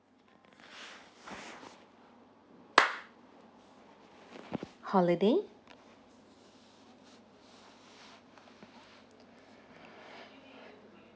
holiday